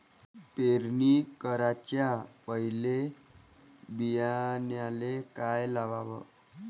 पेरणी कराच्या पयले बियान्याले का लावाव?